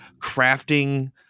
crafting